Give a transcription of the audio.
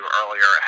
earlier